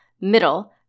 middle